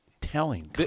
telling